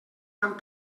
tant